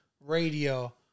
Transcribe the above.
radio